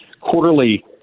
quarterly